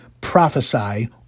prophesy